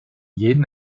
jeden